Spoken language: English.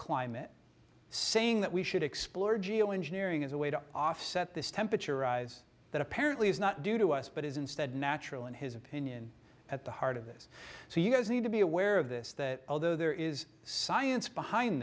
climate saying that we should explore geo engineering as a way to offset this temperature rise that apparently is not due to us but is instead natural in his opinion at the heart of this so you guys need to be aware of this that although there is science behind